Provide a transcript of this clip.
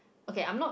okay I'm not